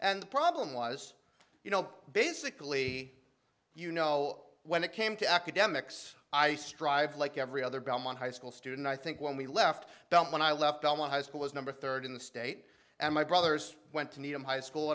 and the problem was you know basically you know when it came to academics i strive like every other belmont high school student i think when we left that when i left all my high school was number third in the state and my brothers went to needham high school